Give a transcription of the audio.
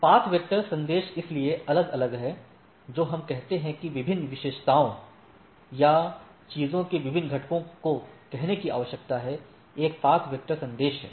पथ वेक्टर संदेश इसलिए अलग अलग हैं जो हम कहते हैं कि विभिन्न विशेषताओं या चीजों के विभिन्न घटकों को कहने की आवश्यकता है एक पथ वेक्टर संदेश है